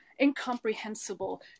incomprehensible